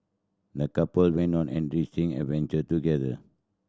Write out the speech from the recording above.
the couple went on an enriching adventure together